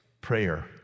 prayer